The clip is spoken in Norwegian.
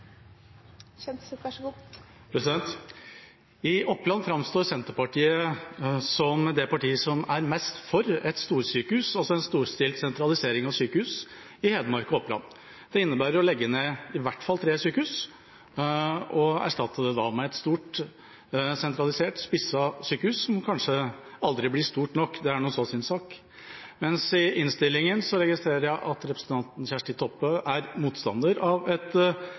mest for et storsykehus, altså en storstilt sentralisering av sykehus i Hedmark og Oppland. Det innebærer å legge ned i hvert fall tre sykehus og erstatte dem med et stort, sentralisert spisset sykehus, som kanskje aldri blir stort nok – det er nå så sin sak. Mens i innstillingen registrerer jeg at representanten Kjersti Toppe er motstander av